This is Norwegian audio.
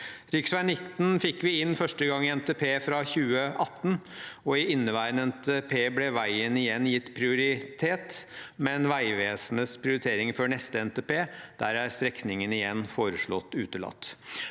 Rv. 19 fikk vi første gang inn i NTP fra 2018. I inneværende NTP ble veien igjen gitt prioritet, men i Vegvesenets prioriteringer før neste NTP er strekningen igjen foreslått utelatt.